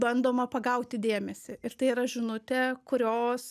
bandoma pagauti dėmesį ir tai yra žinutė kurios